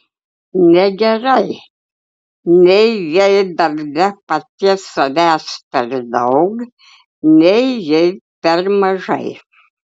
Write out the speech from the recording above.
negerai nei jei darbe paties savęs per daug nei jei per mažai